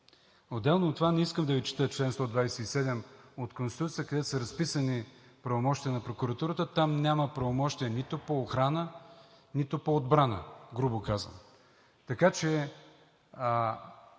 Отделно от това не искам да Ви чета чл. 127 от Конституцията, където са разписани правомощия на прокуратурата. Там няма правомощие нито по охрана, нито по отбрана, грубо казано.